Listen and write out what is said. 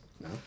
No